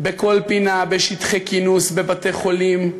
בכל פינה, בשטחי כינוס, בבתי-חולים,